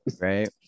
Right